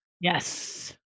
Yes